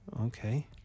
Okay